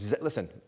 listen